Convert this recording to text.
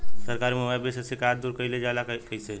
सरकारी मुहैया बीज के शिकायत दूर कईल जाला कईसे?